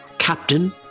captain